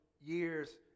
years